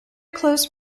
close